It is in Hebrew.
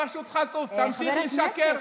אתה פשוט חצוף, תמשיך לשקר.